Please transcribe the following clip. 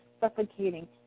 suffocating